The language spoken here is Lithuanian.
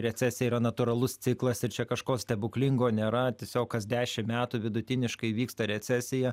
recesija yra natūralus ciklas ir čia kažko stebuklingo nėra tiesiog kas dešim metų vidutiniškai vyksta recesija